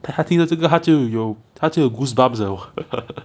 他听到这个他就有他就有 goosebumps 了